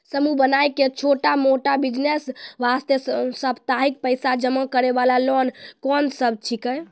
समूह बनाय के छोटा मोटा बिज़नेस वास्ते साप्ताहिक पैसा जमा करे वाला लोन कोंन सब छीके?